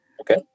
Okay